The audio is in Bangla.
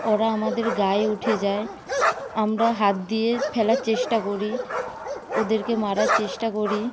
ওরা আমাদের গায়ে উঠে যায় আমরা হাত দিয়ে ফেলার চেষ্টা করি ওদেরকে মারার চেষ্টা করি